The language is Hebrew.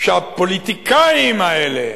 שהפוליטיקאים האלה,